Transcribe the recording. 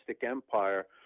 Empire